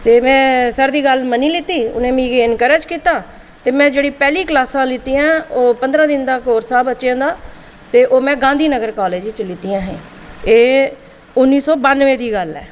ते में सर दी गल्ल मन्नी लैती ते उ'नें मिगी इनकरेज़ कीता ते में जेह्ड़ियां क्लासां लैतियां ओह् पंदरां दिन कोर्स हा बच्चें दा ते ओह् में गांधीनगर कॉलेज च लैतियां हियां एह् उन्नी सौ बानवैं दी गल्ल ऐ